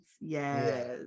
yes